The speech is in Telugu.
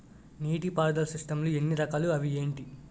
నీటిపారుదల సిస్టమ్ లు ఎన్ని రకాలు? అవి ఏంటి?